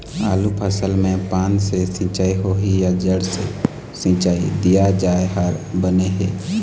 आलू फसल मे पान से सिचाई होही या जड़ से सिचाई दिया जाय हर बने हे?